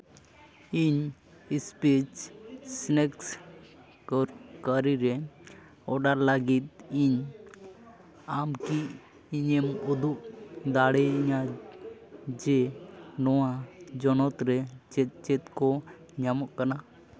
ᱤᱧ ᱤᱥᱯᱤᱪ ᱥᱱᱮᱠᱥ ᱠᱟᱹᱨᱠᱟᱹᱨᱤ ᱨᱮ ᱚᱰᱟᱨ ᱞᱟᱹᱜᱤᱫ ᱤᱧ ᱟᱢ ᱞᱟᱹᱜᱤᱫ ᱠᱤ ᱤᱧᱮᱢ ᱩᱫᱩᱜ ᱫᱟᱲᱮᱭᱤᱧᱟ ᱡᱮ ᱱᱚᱣᱟ ᱡᱚᱱᱚᱛ ᱨᱮ ᱪᱮᱫ ᱪᱮᱫ ᱠᱚ ᱧᱟᱢᱚᱜ ᱠᱟᱱᱟ